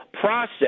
process